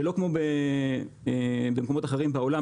שלא כמו במקומות אחרים בעולם,